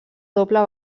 doble